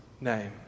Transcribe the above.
name